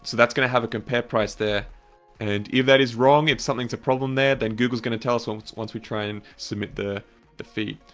so that's going to have a compare price there and if that is wrong, if something's a problem there then google is going to tell us um once we try and submit the the feed,